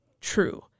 True